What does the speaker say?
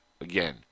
again